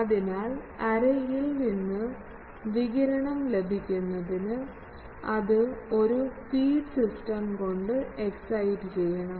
അതിനാൽ എറേയിൽ നിന്ന് വികിരണം ലഭിക്കുന്നതിന് അത് ഒരു ഫീഡ് സിസ്റ്റം കൊണ്ട് എക് സൈറ്റ് ചെയ്യണം